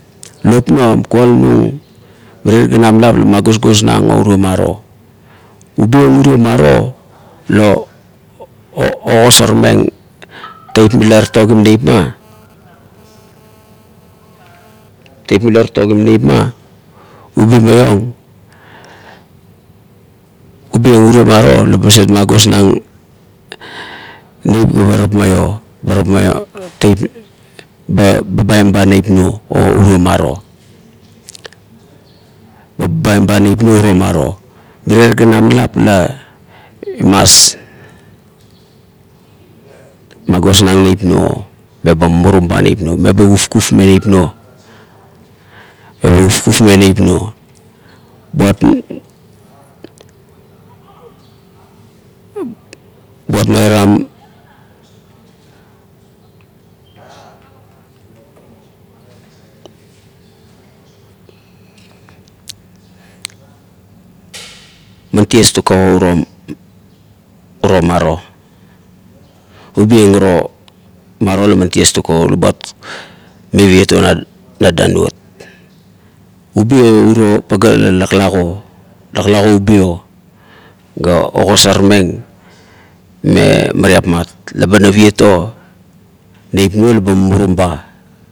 Lop nuam, kualanung mirie ganam lop la ma gosgosnang o urio maro, ubieng uro maro la ogosarmeng teip mila toktokim neip ina, teip mila toktokim neip ma ubi ieng urio maro la maset magosnang neip ga be tapmaio, ba tapmaio teip ga ba babaim ba neip nuo o urio maro, eba babaim ba neip nuo o urio maro. Mirie ganam lap la imas magosnang neip nuo meba mumurum ba neip nuo meba kufkufmeng neip nuo, meba kufkufmeng neip nuo buat nuiram, man ties tunt ka o uro maro ubi ieng uro maro laman ties tung ke o la buat meviet o na danuot. Ubi o urie maro la laklago, laklago ubi o ga ogosarmeng mare teipmat, laba naviet o, neip nuo ba mumurum ba